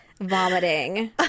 Vomiting